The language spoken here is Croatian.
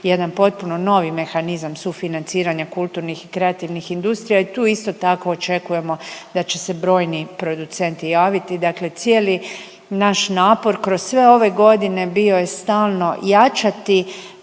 jedan potpuno novi mehanizam sufinanciranja kulturnih i kreativnih industrija i tu isto tako očekujemo da će se brojni producenti javiti, dakle cijeli naš napor kroz sve ove godine bio je stalno jačati